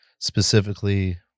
specifically